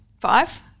five